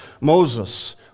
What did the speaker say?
Moses